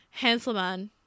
hanselman